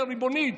היא ריבונית,